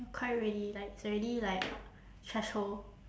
quite already like it's already like threshold